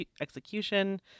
execution